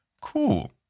Cool